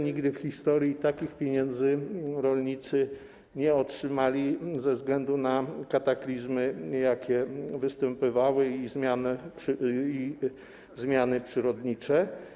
Nigdy w historii takich pieniędzy rolnicy nie otrzymali ze względu na kataklizmy, jakie występowały, i zmiany przyrodnicze.